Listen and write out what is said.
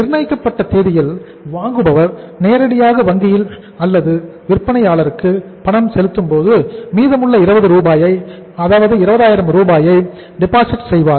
நிர்ணயிக்கப்பட்ட தேதியில் வாங்குபவர் நேரடியாக வங்கியில் அல்லது விற்பனையாளருக்கு பணம் செலுத்தும்போது மீதமுள்ள 20000 ரூபாயை வங்கியில் டெபாசிட் செய்வார்